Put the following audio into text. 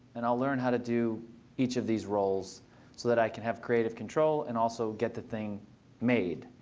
and i'll learn how to do each of these roles so that i can have creative control and also get the thing made,